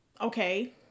okay